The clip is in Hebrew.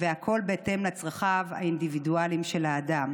והכול בהתאם לצרכיו האינדיבידואליים של האדם.